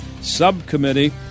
Subcommittee